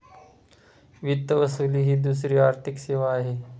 वित्त वसुली ही दुसरी आर्थिक सेवा आहे